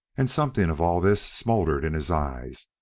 and something of all this smouldered in his eyes,